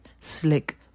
slick